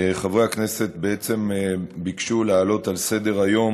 חברי הכנסת בעצם ביקשו להעלות על סדר-היום